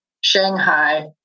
Shanghai